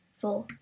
four